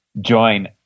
join